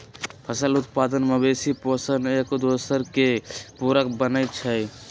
फसल उत्पादन, मवेशि पोशण, एकदोसर के पुरक बनै छइ